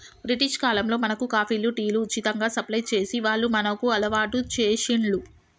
British కాలంలో మనకు కాఫీలు, టీలు ఉచితంగా సప్లై చేసి వాళ్లు మనకు అలవాటు చేశిండ్లు